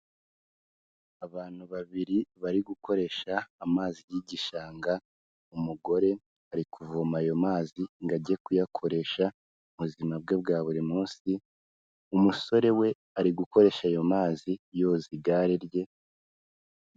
Abantu babiri bari gukoresha amazi y'igishanga, umugore ari kuvoma ayo mazi ngo ajye kuyakoresha mu buzima bwe bwa buri munsi. Umusore we ari gukoresha ayo mazi yoza igare rye.